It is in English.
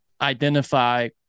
identify